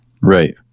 Right